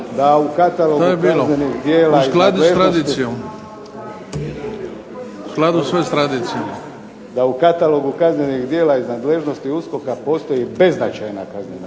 Da u katalogu kaznenih djela iz nadležnosti USKOK-a postoje beznačajna kaznena